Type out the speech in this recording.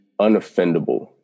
unoffendable